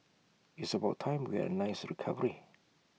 it's about time we had A nice recovery